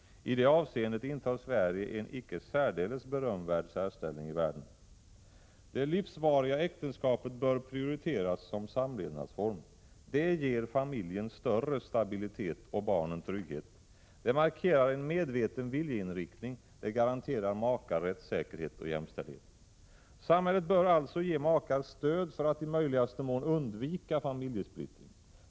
I det avseendet intar Sverige en icke särdeles berömvärd särställning i världen. Det livsvariga äktenskapet bör prioriteras som samlevnadsform. Det ger familjen större stabilitet, och barnen trygghet. Det markerar en medveten viljeinriktning, det garanterar makar rättssäkerhet och jämställdhet. Samhället bör alltså ge makar stöd för att i möjligaste mån undvika familjesplittring.